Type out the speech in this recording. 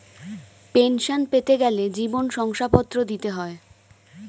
pension পেতে গেলে জীবন শংসাপত্র দিতে হয়